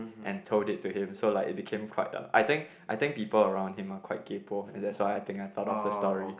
and told it to him so it became quite a I think I think people around him are quite kaypoh and that's why I think I thought of the story